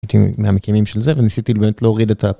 מהמקימים של זה וניסיתי באמת להוריד את ה